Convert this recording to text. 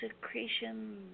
secretion